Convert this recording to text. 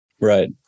Right